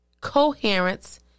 coherence